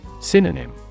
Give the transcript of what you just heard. Synonym